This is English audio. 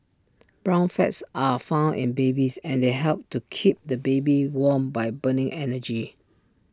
brown fats are found in babies and they help to keep the baby warm by burning energy